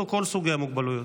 או כל סוגי המוגבלויות?